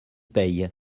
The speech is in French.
paye